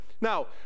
Now